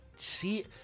See